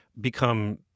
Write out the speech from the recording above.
become